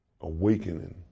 Awakening